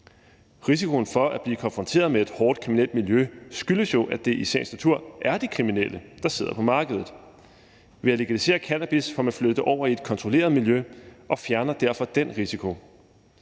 Risikoen for at blive konfronteret med et hårdt kriminelt miljø skyldes jo, at det i sagens natur er de kriminelle, der sidder på markedet. Ved at legalisere cannabis får man flyttet det over i et kontrolleret miljø og fjerner derfor den risiko.